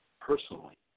personally